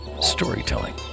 storytelling